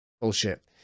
bullshit